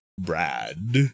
brad